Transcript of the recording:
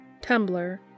Tumblr